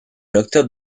octobre